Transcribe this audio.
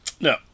No